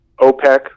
OPEC